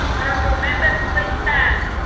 honourable members please stand.